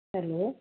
hello